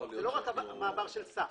זה לא רק המעבר של סף.